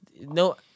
no